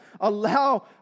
allow